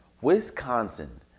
Wisconsin